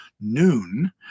noon